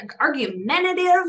argumentative